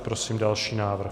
Prosím další návrh.